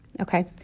Okay